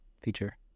feature